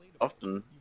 often